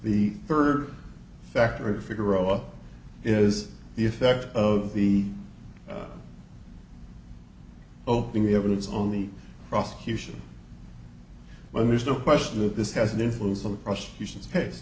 the third factor a figure or is the effect of the opening the evidence on the prosecution but there's no question that this has an influence on the prosecution's case